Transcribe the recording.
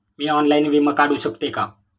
मी online विमा काढू शकते का?